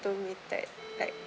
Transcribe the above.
automated like